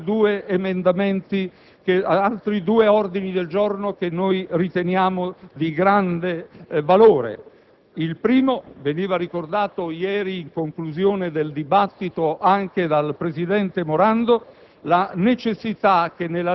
A ciò si aggiungono altri due ordini del giorno che riteniamo di grande valore. Il primo, veniva ricordato ieri in conclusione del dibattito anche dal presidente Morando,